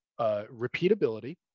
repeatability